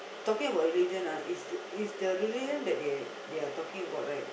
talking about religion ah is the religion that they they are talking about right